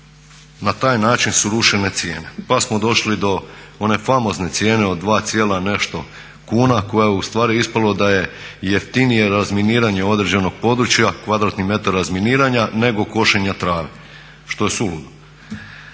na taj način su rušene cijene. Pa smo došli do one famozne cijene od 2 cijela nešto kuna koja je u stvari ispalo da je jeftinije razminiranje određenog područja, kvadratni metar razminiranja nego košenja trave što je suludo.